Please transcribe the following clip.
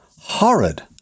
horrid